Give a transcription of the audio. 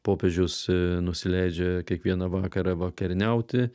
popiežius nusileidžia kiekvieną vakarą vakarieniauti